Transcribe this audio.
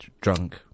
Drunk